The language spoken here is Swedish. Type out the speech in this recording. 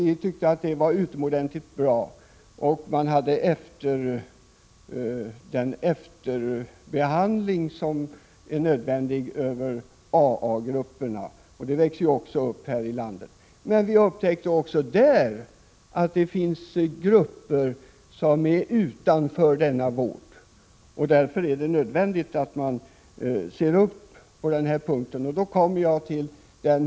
Vi tyckte att detta var utomordentligt bra. Den nödvändiga efterbehandlingen genomfördes med hjälp av s.k. AA-grupper, som växer upp också här i vårt land. Men vi upptäckte att det också på Island fanns grupper utanför vården. Det är därför nödvändigt att se upp med detta.